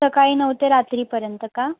सकाळी नऊ ते रात्रीपर्यंत का